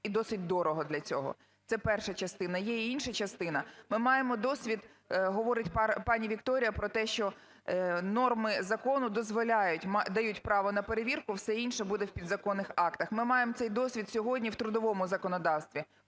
і досить дорого для цього. Це перша частина. Є і інша частина. Ми маємо досвід… Говорить пані Вікторія про те, що норми закону дозволяють, дають право на перевірку, все інше буде в підзаконних актах. Ми маємо цей досвід сьогодні в трудовому законодавстві,